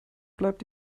bleibt